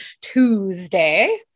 Tuesday